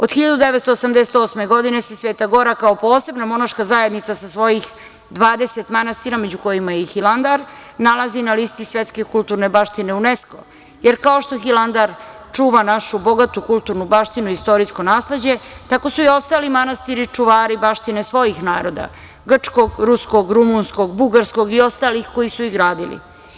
Od 1988. godine se Sveta gora kao posebna monaška zajednica sa svojih 20 manastira, među kojima je i Hilandar, nalazi na listi svetske kulturne baštine UNESKO, jer kao što Hilandar čuva našu bogatu kulturnu baštinu, istorijsko nasleđe, tako su i ostali manastiri čuvari baštine svojih naroda - grčkog, ruskog, rumunskog, bugarskog i ostalih koji su ih gradili.